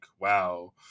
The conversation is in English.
wow